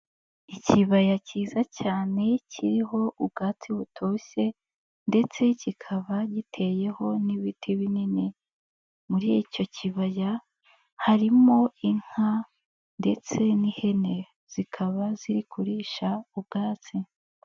Ikibaya cyiza cyane kiriho ubwatsi butoshye ndetse kikaba giteyeho n'ibiti binini, muri icyo kibaya harimo inka ndetse n'ihene, zikaba ziri kurisha ubwatsi.